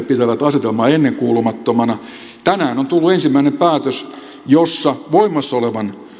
pitävät asetelmaa ennenkuulumattomana tänään on tullut ensimmäinen päätös jossa voimassa olevan